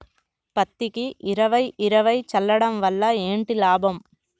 పత్తికి ఇరవై ఇరవై చల్లడం వల్ల ఏంటి లాభం?